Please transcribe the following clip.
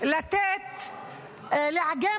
לעגן